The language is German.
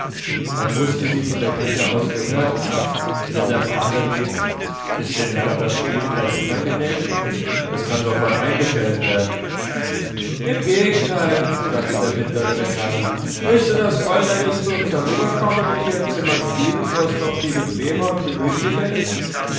man mußte sie von der küche aus gehört haben denn der vater rief ist den herren das spiel vielleicht unangenehm es kann sofort eingestellt werden im gegenteil sagte der mittlere der herren möchte das fräulein nicht zu uns hereinkommen und hier im zimmer spielen wo es doch viel bequemer und gemütlicher ist